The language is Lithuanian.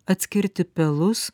atskirti pelus